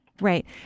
Right